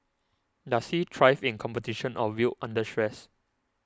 does he thrive in competition or wilt under stress